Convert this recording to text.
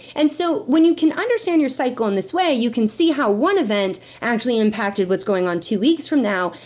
and so, when you can understand your cycle in this way, you can see how one event actually impacted what's going on two weeks from now,